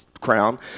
crown